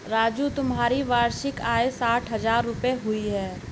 राजू तुम्हारी वार्षिक आय साठ हज़ार रूपय हुई